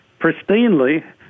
pristinely